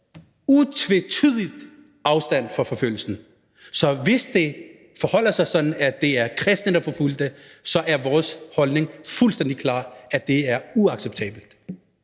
utvetydigt afstand fra forfølgelsen. Så hvis det forholder sig sådan, at det er kristne, der er forfulgt, så er vores holdning fuldstændig klar: at det er uacceptabelt.